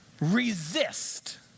resist